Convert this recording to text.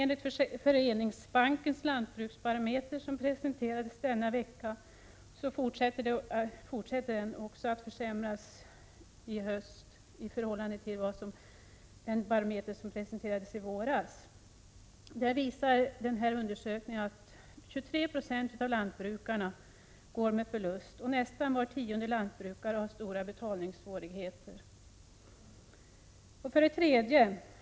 Enligt Föreningsbankens lantbruksbarometer som presenterades denna vecka fortsätter lönsamheten att försämras också i höst, i jämförelse med den barometer som presenterades i våras. Undersökningen visar att 23 20 av lantbrukarna gör förluster. Nästan var tionde lantbrukare har stora betalningssvårigheter. 3.